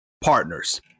Partners